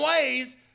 ways